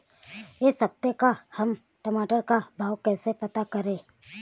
इस सप्ताह का हम टमाटर का भाव कैसे पता करें?